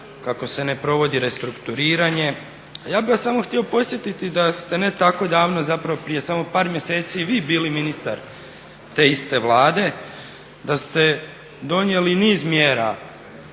kako se ne provodi restrukturiranje. Ja bih vas samo htio podsjetiti da ste ne tako davno, zapravo prije samo par mjeseci, vi bili ministar te iste Vlade, da ste donijeli niz mjera,